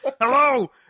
Hello